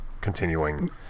continuing